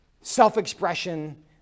self-expression